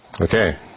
Okay